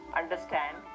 understand